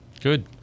Good